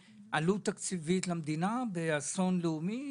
עלות תקציבית למדינה אם קורה אסון לאומי?